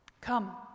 Come